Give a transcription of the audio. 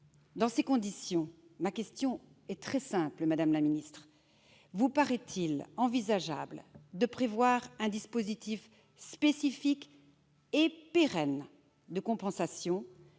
Dans ces conditions, ma question sera simple, madame la ministre : vous paraît-il envisageable de prévoir un dispositif spécifique et pérenne de compensation